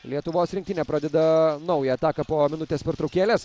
lietuvos rinktinė pradeda naują ataką po minutės pertraukėlės